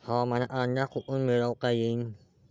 हवामानाचा अंदाज कोठून मिळवता येईन?